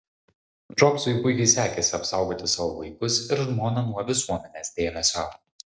džobsui puikiai sekėsi apsaugoti savo vaikus ir žmoną nuo visuomenės dėmesio